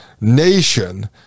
nation